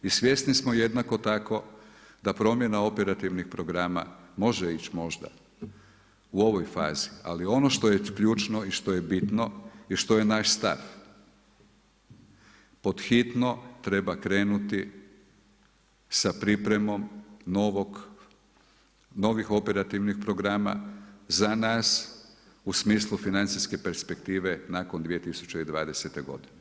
I svjesni smo jednako tako da promjena operativnih programa može ići možda u ovoj fazi, ali ono što je ključno i što je bitno i što je naš stav, pod hitno treba krenuti sa pripremom novih operativnih programa za nas u smislu financijske perspektive nakon 2020. godine.